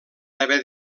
haver